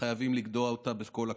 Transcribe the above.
שחייבים לגדוע אותה בכל הכוח.